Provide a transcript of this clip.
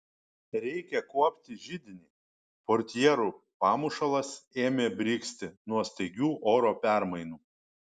reikia kuopti židinį portjerų pamušalas ėmė brigzti nuo staigių oro permainų